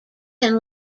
can